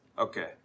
Okay